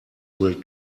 will